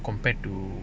compared to